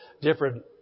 different